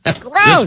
Gross